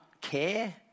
care